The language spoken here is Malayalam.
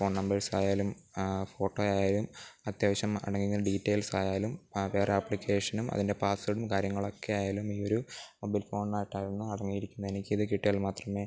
ഫോൺ നമ്പേഴ്സായാലും ഫോട്ടോയായാലും അത്യാവശ്യം ആരുടെയെങ്കിലും ഡീറ്റെയിൽസായാലും വേറെ ആപ്ലിക്കേഷനും അതിൻ്റെ പാസ്വേഡും കാര്യങ്ങളൊക്കെ ആയാലും ഈയൊരു മൊബൈൽ ഫോണുമായിട്ടായിരുന്നു അടങ്ങി ഇരിക്കുന്നെ എനിക്കത് കിട്ടിയാൽ മാത്രമേ